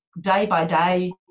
day-by-day